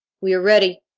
we are ready.